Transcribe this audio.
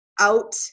out